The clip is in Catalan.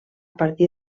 partir